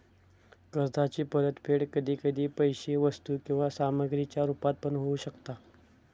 कर्जाची परतफेड कधी कधी पैशे वस्तू किंवा सामग्रीच्या रुपात पण होऊ शकता